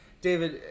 David